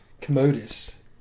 Commodus